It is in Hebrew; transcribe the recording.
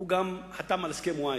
הוא גם חתם על הסכם-וואי.